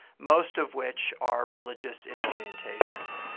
most of which are religious in orientation.